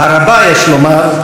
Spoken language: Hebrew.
הרבה יש לומר,